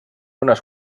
unes